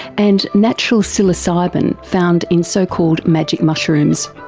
and natural psilocybin found in so called magic mushrooms.